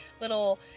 little